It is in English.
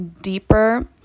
deeper